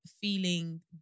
feeling